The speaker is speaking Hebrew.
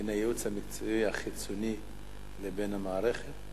בין הייעוץ המקצועי החיצוני לבין המערכת?